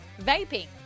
Vaping